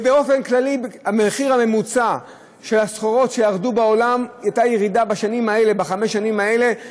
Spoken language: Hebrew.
ובאופן כללי במחיר הממוצע של הסחורות בעולם הייתה בחמש השנים האלה ירידה